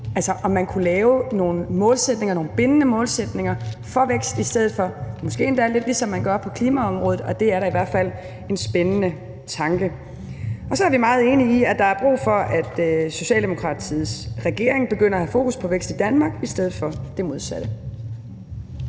på, om man kunne lave nogle målsætninger, nogle bindende målsætninger for vækst i stedet for, måske endda lidt, ligesom man gør på klimaområdet, og det er da i hvert fald en spændende tanke. Og så er vi meget enige i, at der er brug for, at den socialdemokratiske regering begynder at have fokus på, at der er vækst i Danmark, i stedet for det modsatte.